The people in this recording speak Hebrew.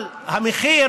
אבל המחיר